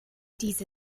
diese